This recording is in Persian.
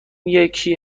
یکی